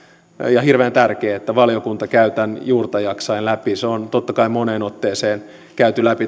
ja hirveän tärkeää että valiokunta käy tämän juurta jaksain läpi se on totta kai moneen otteeseen käyty läpi